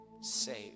saved